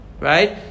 Right